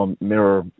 mirror